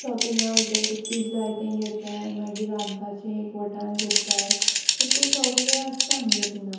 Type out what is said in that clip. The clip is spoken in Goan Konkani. शॉपिंगा वोयताय कीत कीत जाय तें घेताय मागी रांदपाचें एकवोठान कोरताय अेश कोन्न सोगलें आसता आमगे तिंगा